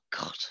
god